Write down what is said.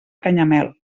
canyamel